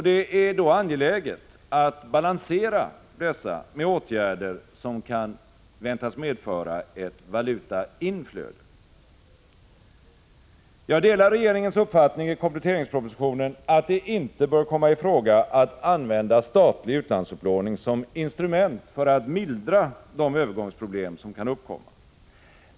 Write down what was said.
Det är då angeläget att balansera dessa med åtgärder som kan väntas medföra ett valutainflöde. Jag delar regeringens uppfattning i kompletteringspropositionen att det inte bör komma i fråga att använda statlig utlandsupplåning som instrument för att mildra de övergångsproblem som kan uppkomma.